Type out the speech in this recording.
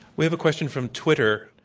we have a question from twitter